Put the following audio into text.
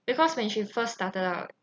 because when she first started out